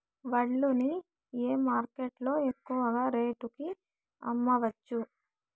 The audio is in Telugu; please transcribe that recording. వడ్లు ని ఏ మార్కెట్ లో ఎక్కువగా రేటు కి అమ్మవచ్చు?